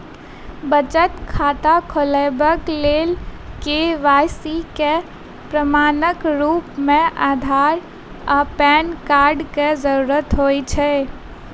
बचत खाता खोलेबाक लेल के.वाई.सी केँ प्रमाणक रूप मेँ अधार आ पैन कार्डक जरूरत होइ छै